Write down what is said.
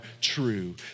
true